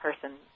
person